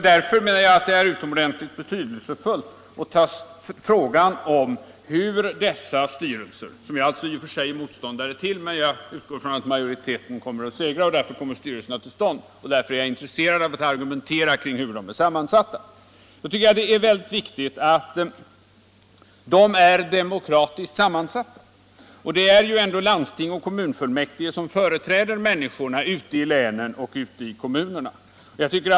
Därför är det utomordentligt betydelsefullt hur dessa styrelser är sammansatta. Jag är i och för sig motståndare till dessa styrelser, men jag utgår från att majoriteten segrar och att styrelserna kommer till stånd. Därför är jag intresserad av att diskutera deras sammansättning. Jag anser att det är mycket viktigt att styrelserna är demokratiskt sammansatta. Det är ändå landsting och kommunfullmäktige som företräder människorna ute i länen och kommunerna.